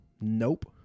nope